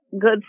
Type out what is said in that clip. good